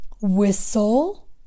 whistle